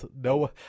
no